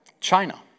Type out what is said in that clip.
China